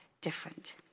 different